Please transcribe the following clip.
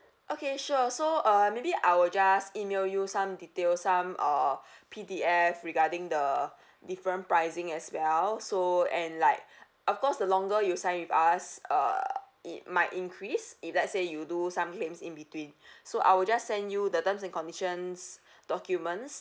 okay sure so uh maybe I will just email you some details some uh P_D_F regarding the different pricing as well so and like of course the longer you sign with us uh it might increase if let's say you do some claims in between so I will just send you the terms and conditions documents